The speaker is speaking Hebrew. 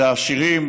זה העשירים,